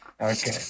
Okay